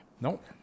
Nope